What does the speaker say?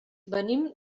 venim